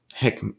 Heck